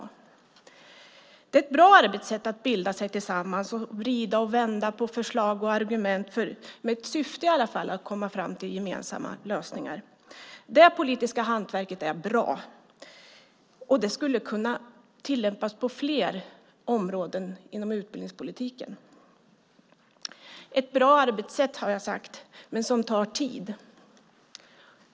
Det är ett bra arbetssätt att bilda sig tillsammans och vrida och vända på förslag och argument i syfte, i alla fall, att komma fram till gemensamma lösningar. Det politiska hantverket är bra, och det skulle kunna tillämpas på fler områden inom utbildningspolitiken. Det är ett bra arbetssätt, har jag sagt, men det tar tid.